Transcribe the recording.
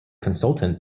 consultant